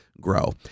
grow